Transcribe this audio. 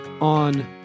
on